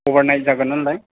अभार नाइथ जागोन नालाय